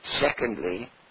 secondly